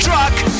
truck